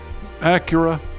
Acura